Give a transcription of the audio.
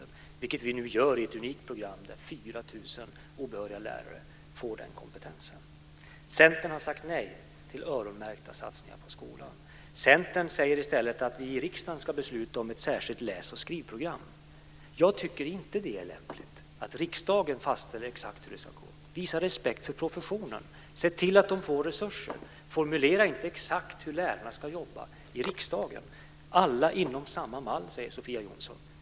Detta gör vi nu i ett unikt program där 4 000 obehöriga lärare får den kompetensen. Centern har sagt nej till öronmärkta satsningar på skolan. Centern säger i stället att vi i riksdagen ska besluta om ett särskilt läs och skrivprogram. Jag tycker inte att det är lämpligt att riksdagen fastställer exakt hur det ska gå till. Visa respekt för professionen! Se till att de får resurser! Formulera inte exakt hur lärarna ska jobba i riksdagen! Alla inom samma mall, säger Sofia Jonsson.